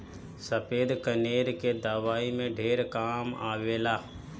सफ़ेद कनेर के दवाई में ढेर काम आवेला